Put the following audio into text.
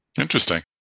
Interesting